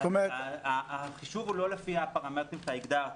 החישוב הוא לא לפי הפרמטרים שהגדרת.